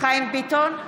חיים ביטון,